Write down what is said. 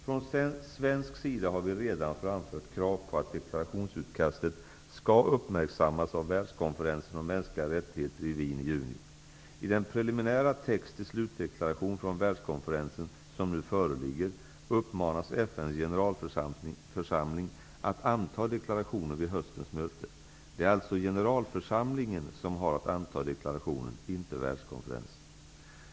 Från svensk sida har vi redan framfört krav på att deklarationsutkastet skall uppmärksammas av Wien i juni. I den preliminära text till slutdeklaration från Världskonferensen som nu föreligger uppmanas FN:s generalförsamling att anta deklarationen vid höstens möte. Det är alltså generalförsamlingen som har att anta deklarationen, inte Världskonferensen.